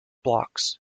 blocks